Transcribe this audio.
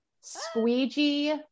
squeegee